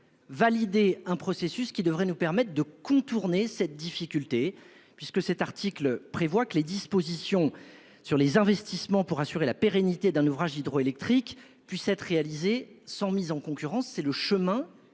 validé un processus qui devrait nous permettent de contourner cette difficulté puisque cet article prévoit que les dispositions sur les investissements pour assurer la pérennité d'un ouvrage hydroélectrique puisse être réalisée sans mise en concurrence, c'est le chemin